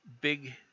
big